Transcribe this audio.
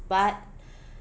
but